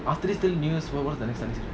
after this till new years what what's the next